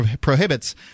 prohibits